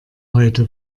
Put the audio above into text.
heute